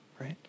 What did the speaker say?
right